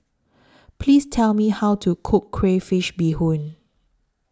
Please Tell Me How to Cook Crayfish Beehoon